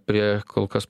prie kol kas